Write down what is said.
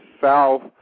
south